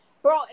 Bro